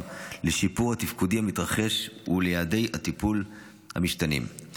לשיפור התפקודי המתרחש וליעדי הטיפול המשתנים.